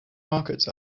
markets